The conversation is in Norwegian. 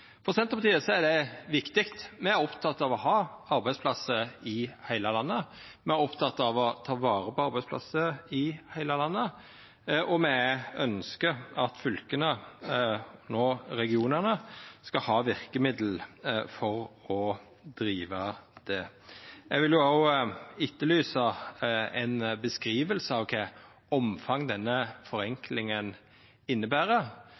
For Senterpartiet er det viktig. Me er opptekne av å ha arbeidsplassar i heile landet, me er opptekne av å ta vare på arbeidsplassar i heile landet, og me ønskjer at fylka – no regionane – skal ha verkemiddel for å driva dette. Eg vil òg etterlysa ei beskriving av kva omfang denne forenklinga inneber.